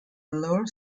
lower